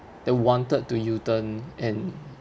that wanted to U turn and